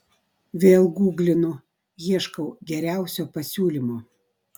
vėl guglinu ieškau geriausio pasiūlymo